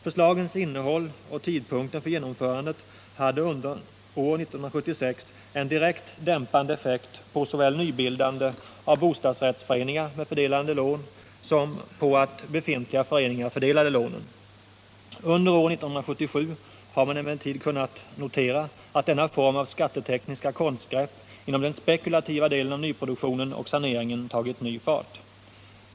Förslagens innehåll och tidpunkten för genomförande hade under år 1976 en direkt dämpande effekt på såväl nybildande av bostadsrättsföreningar med fördelade lån som på fördelning av lånen inom befintliga föreningar. Under år 1977 har man emellertid kunnat notera att denna form av skattetekniska konstgrepp inom den spekulativa delen av nyproduktionen och saneringen tagit ny fart.